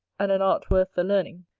and an art worth the learning,